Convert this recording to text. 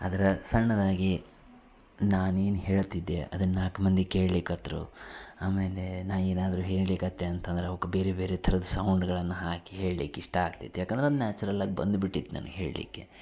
ಆದ್ರೆ ಸಣ್ಣದಾಗಿ ನಾನೇನು ಹೇಳ್ತಿದ್ದೆ ಅದನ್ನು ನಾಲ್ಕು ಮಂದಿ ಕೇಳ್ಲಿಕ್ಕೆ ಹತ್ರು ಆಮೇಲೆ ನಾ ಏನಾದರೂ ಹೇಳ್ಲಿಕತ್ತೆ ಅಂತಂದರೆ ಅವಕ್ ಬೇರೆ ಬೇರೆ ಥರದ ಸೌಂಡುಗಳನ್ನು ಹಾಕಿ ಹೇಳ್ಲಿಕ್ಕೆ ಇಷ್ಟ ಆಗ್ತಿತ್ತು ಯಾಕಂದರೆ ನ್ಯಾಚುರಲ್ ಆಗ್ಬಂದ್ಬಿಟ್ಟಿತ್ತು ನನ್ಗೆ ಹೇಳಲಿಕ್ಕೆ